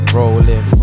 rolling